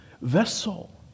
vessel